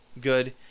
good